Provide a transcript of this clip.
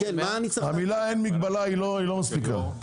המילה אין מגלה לא מספיקה.